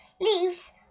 leaves